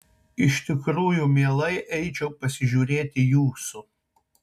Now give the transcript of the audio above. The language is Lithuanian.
iš tikrųjų mielai eičiau pasižiūrėti jūsų